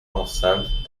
enceinte